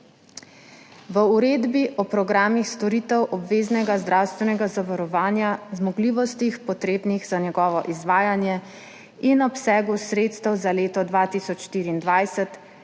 V Uredbi o programih storitev obveznega zdravstvenega zavarovanja, zmogljivostih, potrebnih za njegovo izvajanje, in obsegu sredstev za leto 2024